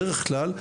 בדרך-כלל,